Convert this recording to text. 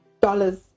dollars